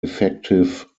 effective